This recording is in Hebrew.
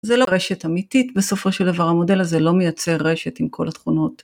זה לא רשת אמיתית, בסופו של דבר המודל הזה לא מייצר רשת עם כל התכונות.